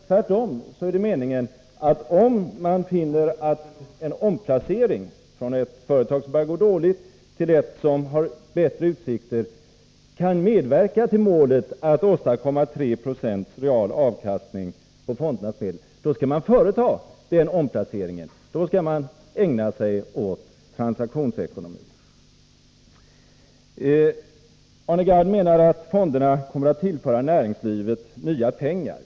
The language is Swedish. Tvärtom är det meningen att om de finner att en omplacering från ett företag som börjar gå dåligt till ett som har bättre utsikter kan medverka till målet att åstadkomma 370 real avkastning på fondernas medel, så skall de företa den omplaceringen. Då skall man ägna sig åt transaktionsekonomi. Arne Gadd menade att fonderna kommer att tillföra näringslivet nya pengar.